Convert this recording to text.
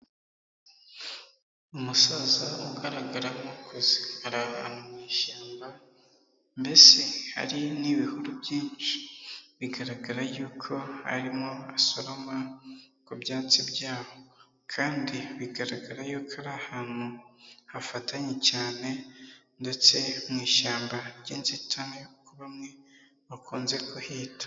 Umusaza ugaragara nk'ukuze. Ari ahantu mu shyamba mbese hari n'ibihuru byinshi, bigaragara yuko arimo asoroma ku byatsi byabo kandi bigaragara yuko ari ahantu hafatanye cyane ndetse mu ishyamba ry'inzitane, ni ko bamwe bakunze kuhita.